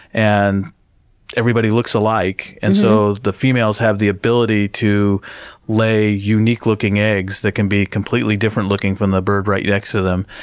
and everybody looks alike, and so the females have the ability to lay unique-looking eggs that can be completely different looking from the bird right next to them.